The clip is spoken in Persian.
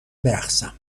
برقصم